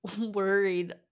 worried